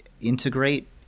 integrate